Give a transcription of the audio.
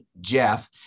Jeff